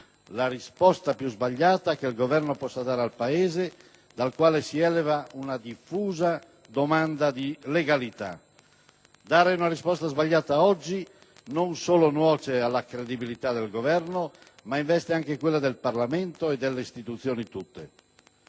la risposta più sbagliata che il Governo possa dare al Paese, dal quale si eleva una diffusa domanda di legalità. Dare una risposta sbagliata oggi non solo nuoce alla credibilità del Governo, ma investe anche quella del Parlamento e delle istituzioni tutte.